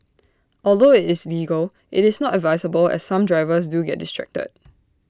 although IT is legal IT is not advisable as some drivers do get distracted